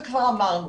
וכבר אמרנו,